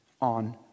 on